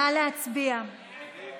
תוסיפי